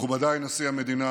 מכובדי נשיא המדינה